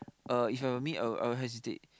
If I were me I will I will hesitate